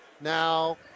Now